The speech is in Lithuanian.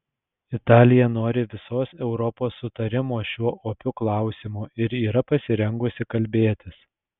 italija nori visos europos sutarimo šiuo opiu klausimu ir yra pasirengusi kalbėtis